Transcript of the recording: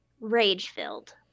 rage-filled